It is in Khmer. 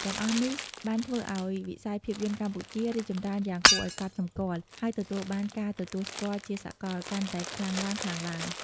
ទាំងអស់នេះបានធ្វើឱ្យវិស័យភាពយន្តកម្ពុជា រីកចម្រើនយ៉ាងគួរឱ្យកត់សម្គាល់ ហើយទទួលបាន ការទទួលស្គាល់ជាសាកល កាន់តែខ្លាំងឡើងៗ។